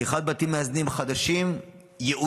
ולפתיחת בתים מאזנים חדשים ייעודיים,